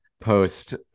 post